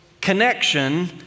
connection